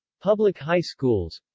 public high schools